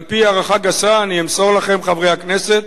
על-פי הערכה גסה, אני אמסור לכם, חברי הכנסת,